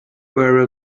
were